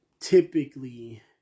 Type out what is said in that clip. typically